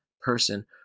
person